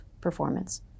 performance